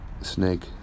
snake